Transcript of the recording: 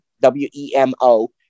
W-E-M-O